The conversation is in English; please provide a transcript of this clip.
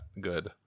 good